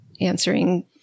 answering